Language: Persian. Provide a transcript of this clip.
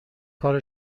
کار